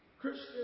Christian